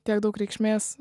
tiek daug reikšmės